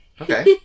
Okay